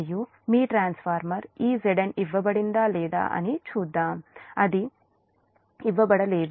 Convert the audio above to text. మరియు మీ ట్రాన్స్ఫార్మర్ ఈ Zn ఇవ్వబడిందా లేదా అని చూద్దాం అది ఇవ్వబడలేదు